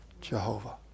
Jehovah